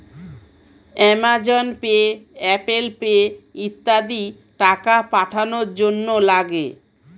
Amazon pay, Apple pay ইত্যাদি টাকা পাঠানোর জন্যে লাগে